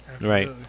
Right